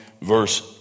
verse